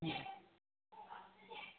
ए